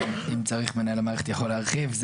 ואם צריך מנהל המערכת יכול להרחיב,